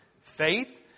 Faith